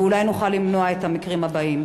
אולי נוכל למנוע את המקרים הבאים.